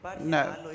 No